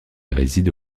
réside